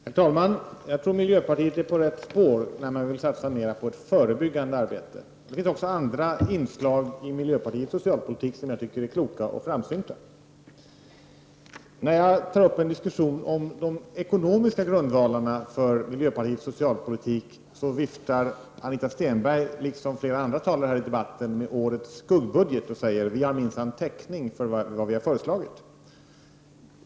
Herr talman! Jag tror att miljöpartiet är på rätt spår när man vill satsa mer på förebyggande arbete. Det finns också andra inslag i miljöpartiets socialpolitik som jag tycker är kloka och framsynta. När jag tar upp en diskussion om de ekonomiska grundvalarna för miljöpartiets socialpolitik, viftar Anita Stenberg liksom flera andra talare här i debatten med årets skuggbudget och säger: Vi har minsann täckning för vad vi har föreslagit.